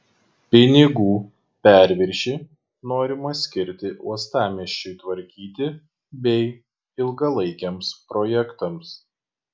pinigų perviršį norima skirti uostamiesčiui tvarkyti bei ilgalaikiams projektams